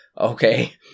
Okay